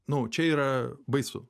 nu čia yra baisu